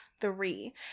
three